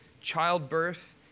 childbirth